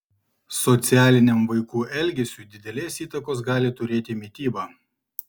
socialiniam vaikų elgesiui didelės įtakos gali turėti mityba